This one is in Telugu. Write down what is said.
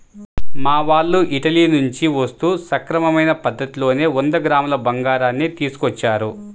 మా వాళ్ళు ఇటలీ నుంచి వస్తూ సక్రమమైన పద్ధతిలోనే వంద గ్రాముల బంగారాన్ని తీసుకొచ్చారు